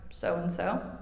so-and-so